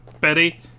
Betty